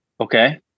Okay